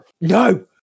No